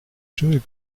schimmel